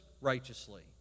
righteously